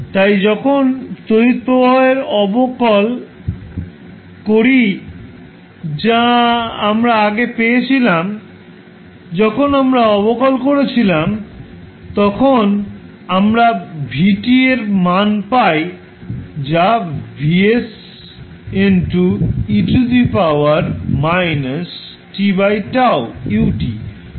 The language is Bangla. তাই যখন তড়িৎ প্রবাহের অবকলন করি যা আমরা আগে পেয়েছিলাম যখন আমরা অবকল করেছিলাম তখন আমরা v এর মান পাই যা vse t τ u